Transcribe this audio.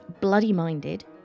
bloody-minded